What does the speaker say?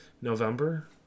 November